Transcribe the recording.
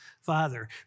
father